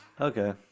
Okay